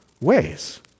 ways